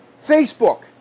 Facebook